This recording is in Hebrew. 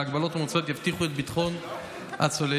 ההגבלות המוצעות יבטיחו את ביטחון הצוללים.